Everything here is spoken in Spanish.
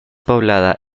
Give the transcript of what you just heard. poblada